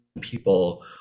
people